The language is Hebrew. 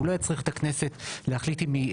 שהוא לא יצריך את הכנסת להחליט אם היא